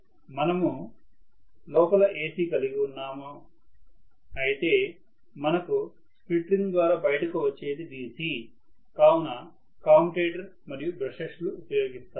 మనము లోపల AC కలిగి ఉన్నాము అయితే మనకు స్ప్లిట్ రింగ్ ద్వారా బయటకు వచ్చేది DC కావున కామ్యుటేటర్ మరియు బ్రష్లు ఉపయోగిస్తాము